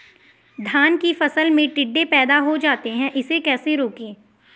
धान की फसल में टिड्डे पैदा हो जाते हैं इसे कैसे रोकें?